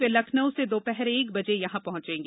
वे लखनऊ से दोपहर एक बजे यहां पहुंचेंगी